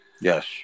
Yes